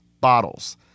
bottles